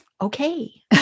okay